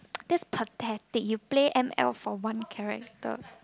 that's pathetic you play M_L for one character